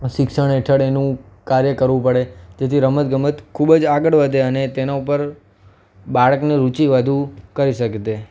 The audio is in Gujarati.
શિક્ષણ હેઠળ એનું કાર્ય કરવું પડે તેથી રમત ગમત ખૂબ જ આગળ વધે અને તેના ઉપર બાળકને રુચિ વધુ કરી શકે તે